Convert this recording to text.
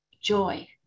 joy